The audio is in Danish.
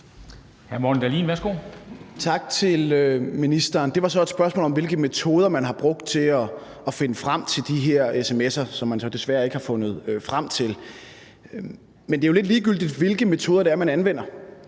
Morten Dahlin (V): Tak til ministeren. Det var så et spørgsmål om, hvilke metoder man har brugt til at finde frem til de her sms'er, som man så desværre ikke har fundet frem til. Men det er jo lidt ligegyldigt, hvilke metoder man anvender,